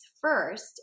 first